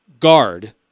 guard